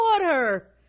water